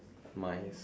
mine